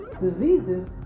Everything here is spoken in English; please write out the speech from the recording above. diseases